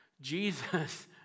Jesus